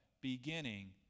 beginning